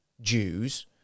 Jews